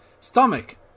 stomach